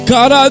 God